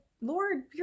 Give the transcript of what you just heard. Lord